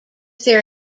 their